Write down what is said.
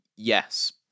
yes